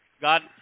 God